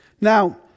Now